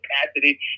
capacity